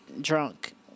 drunk